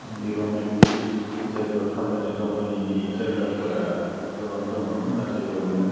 aromatic जायगायाव थाबायनाय दावबायनायनि जायगाफ्रा गोबां दङ नाथाय बेयावनो